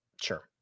Sure